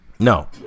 No